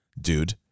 dude